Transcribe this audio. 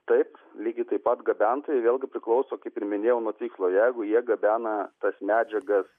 taip lygiai taip pat gabentojai vėlgi priklauso kaip ir minėjau nuo tikslo jeigu jie gabena tas medžiagas